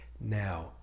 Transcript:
now